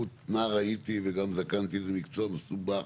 מה ראיתי וגם זקנתי וזה מקצוע מסובך.